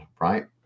right